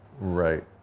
right